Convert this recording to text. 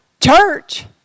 church